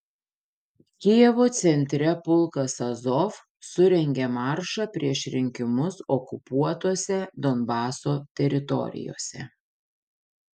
kijevo centre pulkas azov surengė maršą prieš rinkimus okupuotose donbaso teritorijose